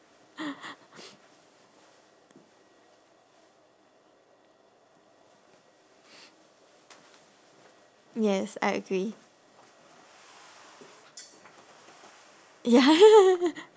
yes I agree ya